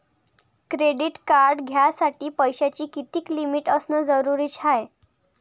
Credit card घ्यासाठी पैशाची कितीक लिमिट असनं जरुरीच हाय?